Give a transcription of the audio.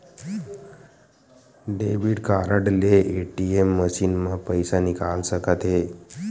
debit card ले ATM machine म पइसा निकाल सकत हे